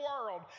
world